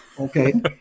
Okay